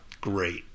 great